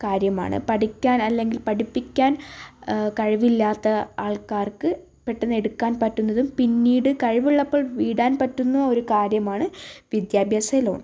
കാര്യമാണ് പഠിക്കാൻ അല്ലെങ്കിൽ പഠിപ്പിക്കാൻ കഴിവില്ലാത്ത ആൾക്കാർക്ക് പെട്ടെന്നെടുക്കാൻ പറ്റുന്നതും പിന്നീട് കഴിവുള്ളപ്പോൾ വിടാൻ പറ്റുന്ന ഒരു കാര്യമാണ് വിദ്യാഭ്യാസ ലോൺ